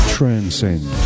Transcend